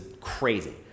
crazy